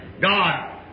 God